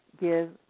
give